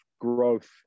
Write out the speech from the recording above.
growth